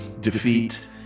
defeat